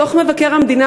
דוח מבקר המדינה,